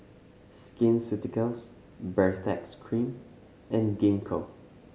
Skin Ceuticals Baritex Cream and Gingko